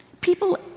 People